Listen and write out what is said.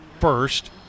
first